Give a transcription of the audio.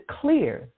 clear